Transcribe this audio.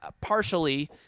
partially